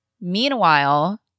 Meanwhile